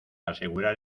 asegurar